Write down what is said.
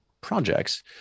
projects